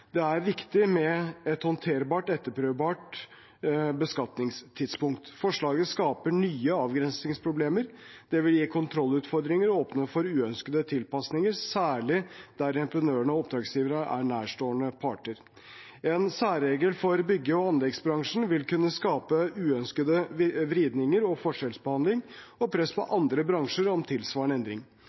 Det er viktig med et håndterbart, etterprøvbart beskatningstidspunkt. Forslaget skaper nye avgrensningsproblemer. Det vil gi kontrollutfordringer og åpne for uønskede tilpasninger, særlig der entreprenører og oppdragsgivere er nærstående parter. En særregel for bygg- og anleggsbransjen vil kunne skape uønskede vridninger og forskjellsbehandling og press på andre bransjer om tilsvarende endring.